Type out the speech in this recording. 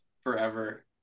forever